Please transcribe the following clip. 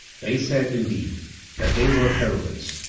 they said indeed that they were heroines,